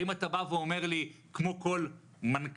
האם אתה בא ואומר לי כמו כל מנכ"ל,